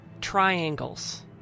triangles